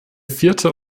vierte